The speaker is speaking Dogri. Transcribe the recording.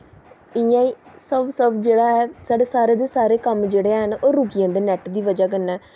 जि'यां गै सब सब जेह्ड़ा ऐ सारे सब कम्म जेह्ड़े हैन ओह् रुकी जंदे नैट्ट दी ब'जा कन्नै